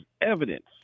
evidence